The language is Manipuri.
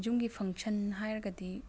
ꯖꯨꯝꯒꯤ ꯐꯪꯁꯟ ꯍꯥꯏꯔꯒꯗꯤ